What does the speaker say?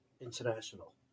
International